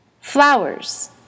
Flowers